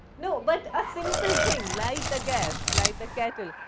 no, but, a simple thing, light the gas, light the kettle,